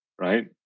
Right